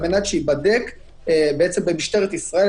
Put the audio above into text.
על מנת שייבדק במשטרת ישראל,